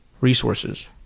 resources